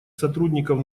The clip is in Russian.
сотрудников